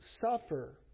suffer